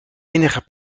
enige